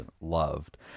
loved